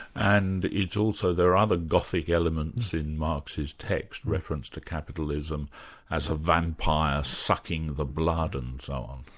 and it's also there are other gothic elements in marx's text, reference to capitalism as a vampire sucking the blood, and so on.